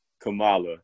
Kamala